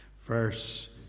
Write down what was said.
Verse